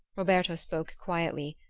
roberta spoke quietly,